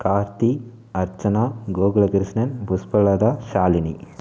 Karthi Archana Gokula Krishnan Pushpalatha Shalini